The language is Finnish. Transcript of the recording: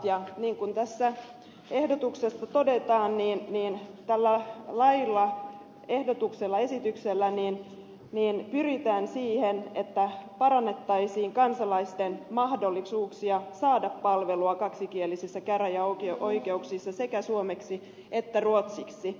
niin kuin tässä ehdotuksessa todetaan tällä lailla esityksellä pyritään siihen että parannettaisiin kansalaisten mahdollisuuksia saada palvelua kaksikielisissä käräjäoikeuksissa sekä suomeksi että ruotsiksi